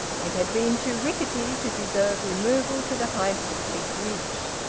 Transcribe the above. it had been too rickety to deserve removal to the heights of bleakridge.